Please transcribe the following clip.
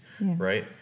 right